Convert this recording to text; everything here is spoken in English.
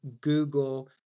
Google